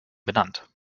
benannt